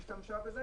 היא השתמשה בזה.